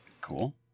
Cool